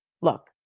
look